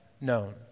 known